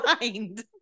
mind